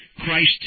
Christ